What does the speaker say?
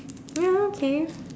ya okay